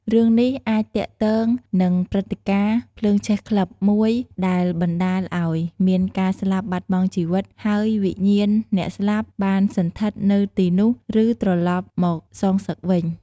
រឿងនេះអាចទាក់ទងនឹងព្រឹត្តិការណ៍ ភ្លើងឆេះក្លឹប មួយ ដែលបណ្ដាលឲ្យមានការស្លាប់បាត់បង់ជីវិត ហើយវិញ្ញាណអ្នកស្លាប់បានសណ្ឋិតនៅទីនោះ ឬត្រឡប់មកសងសឹកវិញ។